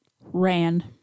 Ran